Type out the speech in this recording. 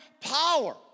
power